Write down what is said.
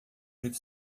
preto